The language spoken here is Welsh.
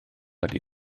ydy